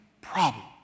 problem